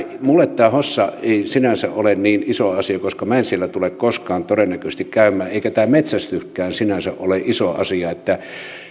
minulle tämä hossa ei sinänsä ole niin iso asia koska minä en siellä tule koskaan todennäköisesti käymään eikä tämä metsästyskään sinänsä ole iso asia